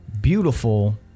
beautiful